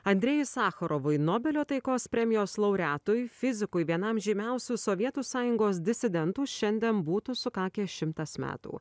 andrejui sacharovui nobelio taikos premijos laureatui fizikui vienam žymiausių sovietų sąjungos disidentų šiandien būtų sukakę šimtas metų